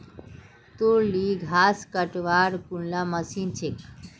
तोर ली घास कटवार कुनला मशीन छेक